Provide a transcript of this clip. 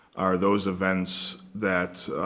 are those events that